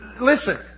listen